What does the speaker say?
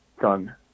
done